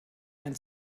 ein